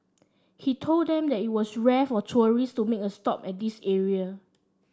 he told them that it was rare for tourists to make a stop at this area